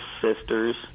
sisters